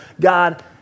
God